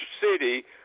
city